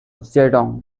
zedong